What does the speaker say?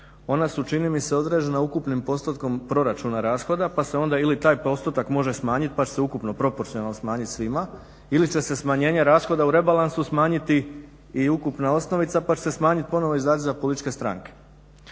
Ona su čini mi se određena ukupnim postotkom proračuna rashoda, pa se onda ili taj postotak može smanjiti pa će se ukupno proporcionalno smanjiti svima ili će se smanjenje rashoda u rebalansu smanjiti i ukupna osnovica, pa će se smanjiti ponovo izdaci za političke stranke.